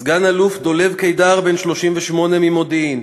סגן-אלוף דולב קידר, בן 38, ממודיעין,